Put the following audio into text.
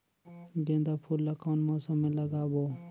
गेंदा फूल ल कौन मौसम मे लगाबो?